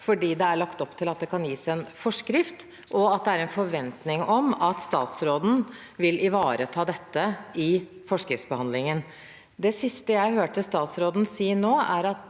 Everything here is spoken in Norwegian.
fordi det er lagt opp til at det kan gis en forskrift, og at det er en forventning om at statsråden vil ivareta dette i forskriftsbehandlingen. Det siste jeg hørte statsråden si nå, er at